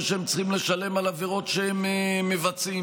שהם צריכים לשלם על עבירות שהם מבצעים.